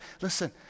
Listen